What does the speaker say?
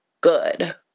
good